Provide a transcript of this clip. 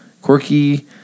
quirky